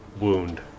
wound